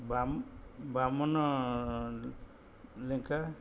ବାମ ବାମନ ଲେଙ୍କା